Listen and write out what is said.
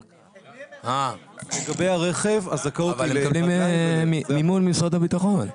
לגבי הרכב, מקבלים מימון ממשרד הביטחון.